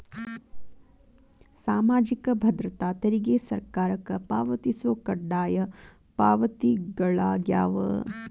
ಸಾಮಾಜಿಕ ಭದ್ರತಾ ತೆರಿಗೆ ಸರ್ಕಾರಕ್ಕ ಪಾವತಿಸೊ ಕಡ್ಡಾಯ ಪಾವತಿಗಳಾಗ್ಯಾವ